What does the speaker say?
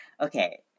Okay